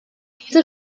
diese